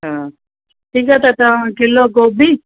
हा ठीकु आहे तव्हां किलो गोभी